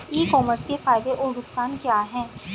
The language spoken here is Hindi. ई कॉमर्स के फायदे और नुकसान क्या हैं?